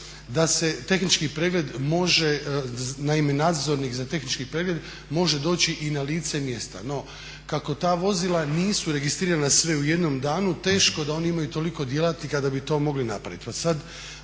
da se tehnički pregled može, naime nadzornik za tehnički pregled može doći i na lice mjesta, no kako ta vozila nisu registrirana sve u jednom danu teško da oni imaju toliko djelatnika da bi to mogli napraviti.